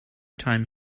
time